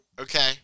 Okay